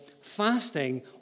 fasting